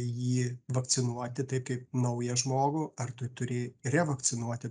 jį vakcinuoti taip kaip naują žmogų ar tu turi revakcinuoti